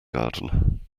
garden